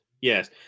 Yes